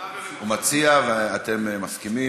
הוא מציע ואתם מסכימים,